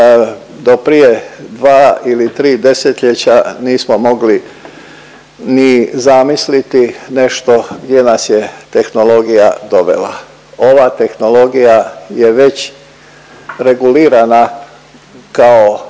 do prije dva ili tri desetljeća nismo mogli ni zamisliti nešto gdje nas je tehnologija dovela. Ova tehnologija je već regulirana kao